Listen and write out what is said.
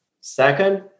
Second